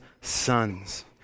sons